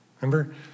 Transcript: remember